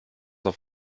auf